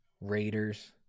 Raiders